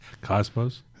Cosmos